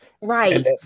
Right